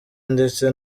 ndetse